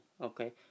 okay